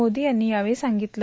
मोदी यांनी यावेळी सांगितलं